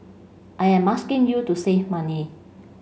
I am asking you to save money